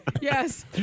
Yes